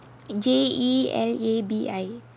J E L A B I